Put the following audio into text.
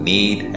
need